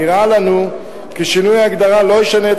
נראה לנו כי שינוי ההגדרה לא ישנה את